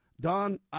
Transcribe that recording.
Don